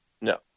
No